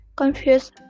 confused